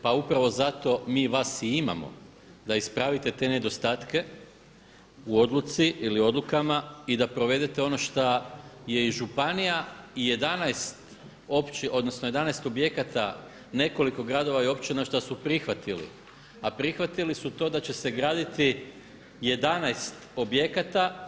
Pa upravo zato mi vas i imamo da ispravite te nedostatke u odluci ili u odlukama i da provedete ono šta je i županija i 11 općina, odnosno 11 objekata nekoliko gradova i općina šta su prihvatili, a prihvatili su to da će se graditi 11 objekata.